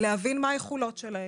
ולהבין מה היכולות שלהם,